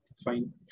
fine